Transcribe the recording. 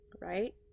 right